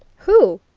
who?